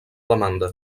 demanda